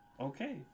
Okay